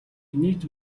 нийт